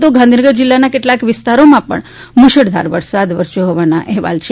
તો ગાંધીનગર તિલ્લાના કેટલાંક વિસ્તારોમાં પણ મુશળધાર વરસાદ વરસ્યો હોવાના અહેવાલ છે